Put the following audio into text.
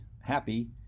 happy